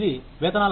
ఇది వేతనాల ఫలితం